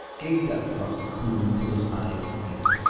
gazed out across the coulee till his eyes ached,